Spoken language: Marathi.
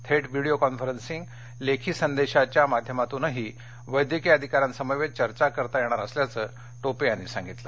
थेट व्हीडीओ कॉन्फरन्सिंग लेखी संदेशाच्या माध्यमातूनही वैद्यकीय अधिकाऱ्यांसमवेत चर्चा करता येणार असल्याचं टोपे यांनी सांगितल